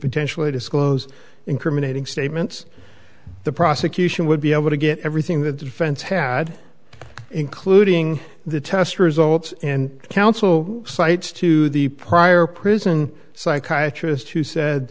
potentially disclose incriminating statements the prosecution would be able to get everything the defense had including the test results and counsel cites to the prior prison psychiatry list who said